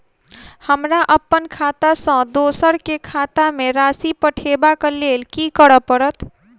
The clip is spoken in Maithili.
हमरा अप्पन खाता सँ दोसर केँ खाता मे राशि पठेवाक लेल की करऽ पड़त?